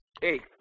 Hey